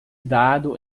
dado